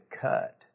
cut